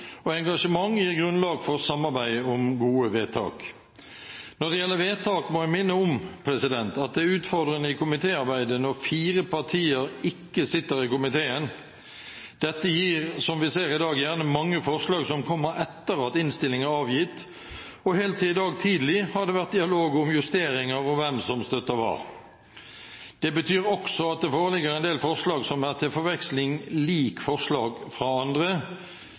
og engasjement gir grunnlag for samarbeid om gode vedtak. Når det gjelder vedtak, må jeg minne om at det er utfordrende i komitéarbeidet når fire partier ikke sitter i komiteen. Dette gir, som vi ser i dag, gjerne mange forslag som kommer etter at innstilling er avgitt, og helt til i dag tidlig har det vært dialog om justeringer og om hvem som støtter hva. Det betyr også at det foreligger en del forslag som er til forveksling lik forslag fra andre.